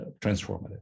transformative